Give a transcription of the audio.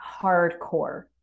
hardcore